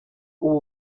ubu